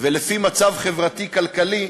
ולפי מצב חברתי כלכלי,